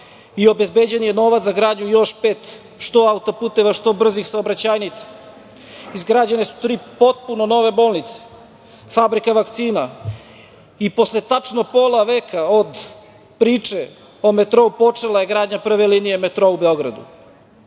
i obezbeđen je novac za gradnju još pet što autoputeva, što brzih saobraćajnica. Izgrađene su tri potpuno nove bolnice, fabrika vakcina i posle tačno pola veka od priče o metrou počela je gradnja prve linije metroa u Beogradu. Takođe,